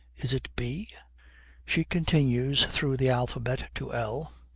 is it b she continues through the alphabet to l,